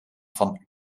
van